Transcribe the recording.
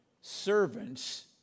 servants